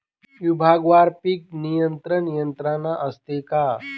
विभागवार पीक नियंत्रण यंत्रणा असते का?